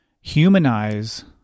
humanize